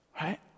right